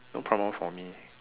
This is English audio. no problem for me